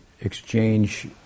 exchange